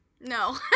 No